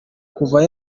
kuva